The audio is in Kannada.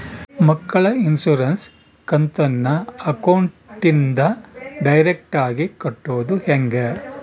ಮಕ್ಕಳ ಇನ್ಸುರೆನ್ಸ್ ಕಂತನ್ನ ಅಕೌಂಟಿಂದ ಡೈರೆಕ್ಟಾಗಿ ಕಟ್ಟೋದು ಹೆಂಗ?